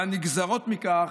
והנגזרת מכך,